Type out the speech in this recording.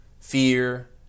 fear